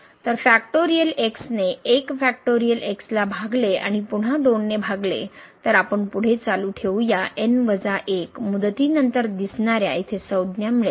तर factorial x ने 1 factorial x ला भागले आणि पुन्हा 2 ने भागले तर आपण पुढे चालू ठेवू या मुदतीनंतर दिसणारया येथे संज्ञा मिळेल